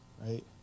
right